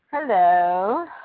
Hello